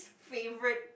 favourite